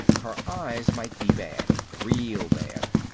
her eyes might be bad, real bad.